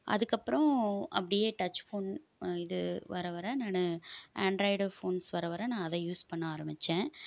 அதுக்கப்புறம் அப்படியே touch phone இது வர வர நான் ஆண்ட்ராய்டு ஃபோன்ஸ் வர வர நான் அதை யூஸ் பண்ண ஆரம்பித்தேன்